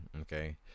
okay